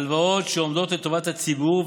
הלוואות שעומדות לטובת הציבור,